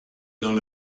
dans